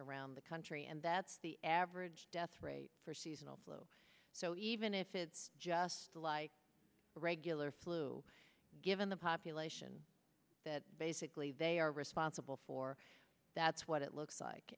around the country and that's the average death rate for seasonal flu so even if it's just like regular flu given the population that basically they are responsible for that's what it looks like